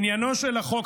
עניינו של החוק,